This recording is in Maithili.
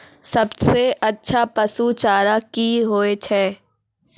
सबसे अच्छा पसु चारा की होय छै?